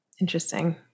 Interesting